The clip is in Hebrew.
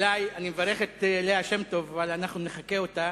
אני מברך את ליה שמטוב, אבל אנחנו נחקה אותה